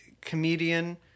comedian